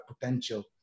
potential